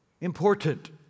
important